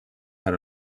per